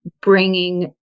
bringing